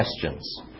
questions